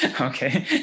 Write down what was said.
Okay